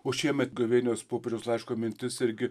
o šiemet gavėnios popiežiaus laiško mintis irgi